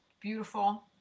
Beautiful